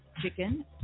chicken